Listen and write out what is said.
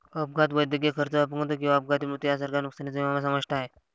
अपघात, वैद्यकीय खर्च, अपंगत्व किंवा अपघाती मृत्यू यांसारख्या नुकसानीचा विमा समाविष्ट आहे